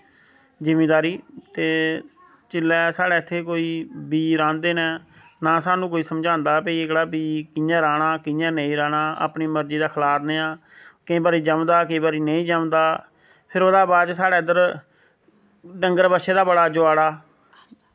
जिमीदारी ते जिल्लै साढ़ै इत्थैं कोई बीऽ राह्ंदे न ना कोई साह्नू समझांदा भाई एह्कड़ा बीऽ कि'यां राह्ना कि'यां नेईं राह्ना अपनी मर्जी दा खलारने आं केंई बारी जमदा केंई बारी नेंई जमदा फिर ओह्दै बाद च साढ़ै इध्दर डंगर बच्छे दा बड़ा जोआड़ा